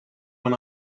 when